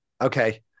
Okay